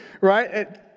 right